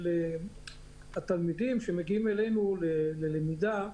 התלמידים שמגיעים אלינו ללמידה,